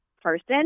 person